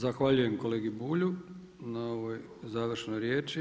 Zahvaljujem kolegi Bulju na ovoj završnoj riječi.